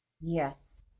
Yes